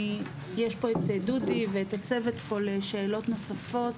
פה את דודי ואת הצוות פה לשאלות נוספות,